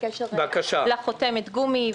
בקשר לחותמת גומי.